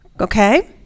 Okay